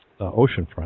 oceanfront